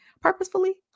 Purposefully